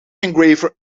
engraver